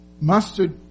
mustard